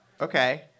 Okay